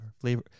Flavor